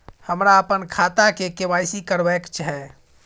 हमरा अपन खाता के के.वाई.सी करबैक छै